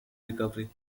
recovery